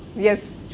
yes?